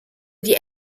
die